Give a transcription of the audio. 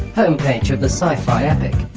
homepage of the sci-fi epic